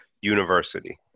university